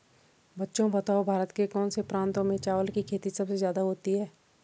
बच्चों बताओ भारत के कौन से प्रांतों में चावल की खेती सबसे ज्यादा होती है?